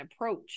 approach